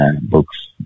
books